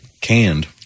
canned